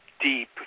Deep